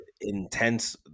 intense